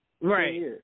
Right